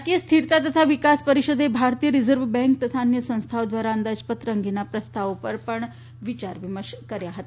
નાણાકીય સ્થિરતા તથા વિકાસ પરિષદે ભારતીય રિઝર્વ બેન્ક તથા અન્ય સંસ્થાઓ દ્વારા અંદાજપત્ર અંગેના પ્રસ્તાવો પર પણ વિચાર વિમર્શ કર્યા હતા